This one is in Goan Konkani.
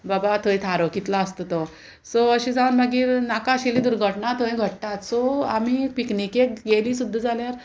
बाबा थंय थारो कितलो आसता तो सो अशें जावन मागीर नाका आशिल्ली दुर्घटना थंय घडटात सो आमी पिकनिकेक गेयली सुद्दां जाल्यार